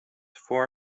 for